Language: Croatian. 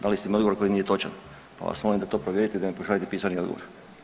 Dali ste mi odgovor koji nije točan, pa vas molim da to provjerite i da mi pošaljete pisani odgovor.